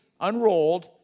unrolled